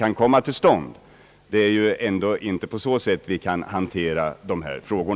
På så sätt kan vi ändå inte hantera dessa frågor.